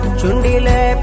chundile